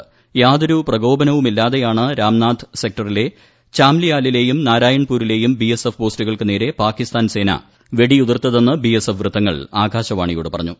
സൈനികർക്ക് യാതൊരു പ്രകോപനവുമില്ലാതെയാണ് സെക്ടറിലെ ചാംലിയാലിലെയും നൃദ്രൂായ്യൺപൂരിലെയും ബിഎസ്എഫ് പോസ്റ്റുകൾക്ക് നേരെ പ്രാക്രിസ്ഥാൻ സേന വെടിയുതിർത്തതെന്ന് ബിഎസ്എഫ് വൃത്തങ്ങൾ ആകാശവാണിയോട് പറഞ്ഞു